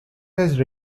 his